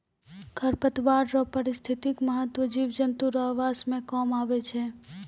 खरपतवार रो पारिस्थितिक महत्व जिव जन्तु रो आवास मे काम आबै छै